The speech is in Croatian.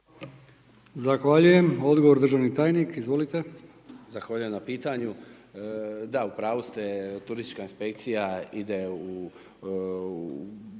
Zahvaljujem. Odgovor državni tajnik. Izvolite. **Glavina, Tonči** Hvala na pitanju. Da, u pravu ste. Turistička inspekcija ide u,